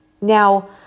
Now